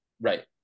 Right